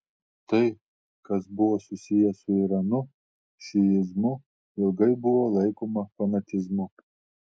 tai kas buvo susiję su iranu šiizmu ilgai buvo laikoma fanatizmu